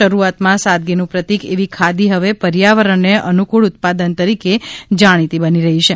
શરૂઆતમાં સાદગીનું પ્રતિક એવી ખાદી હવે પર્યાવરણને અનુકૂળ ઉત્પાદન તરીકે જાણીતી બની રહી છે